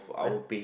what